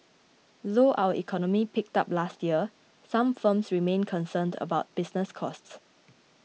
though our economy picked up last year some firms remain concerned about business costs